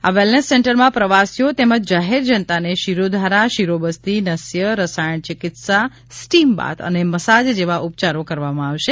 આ વેલનેસ સેન્ટરમાં પ્રવાસીઓ તેમજ જાહેર જનતાને શીરોધારા શીરોબસ્તી નાસ્ય રસાયણ ચિકિત્સા સ્ટીમબાથ અને મસાજ જેવા ઉપયારો કરવામાં આવશે